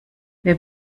wer